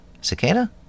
Cicada